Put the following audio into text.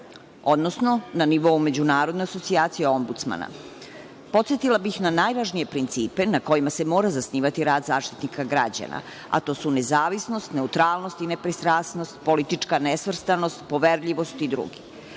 odnosno na nivou međunarodne asocijacije ombudsmana. Podsetila bih na najvažnije principe na kojima se mora zasnivati rad Zaštitnika građana, a to su nezavisnost, neutralnost, nepristrasnost, politička nesvrstanost, poverljivost i dr.